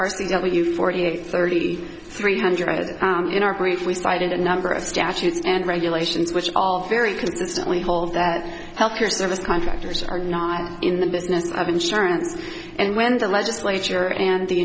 get you forty eight thirty three hundred as in our brief we cited a number of statutes and regulations which all very consistently hold that health care service contractors are not in the business of insurance and when the legislature and the